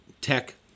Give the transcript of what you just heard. tech